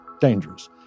dangerous